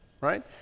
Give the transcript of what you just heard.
Right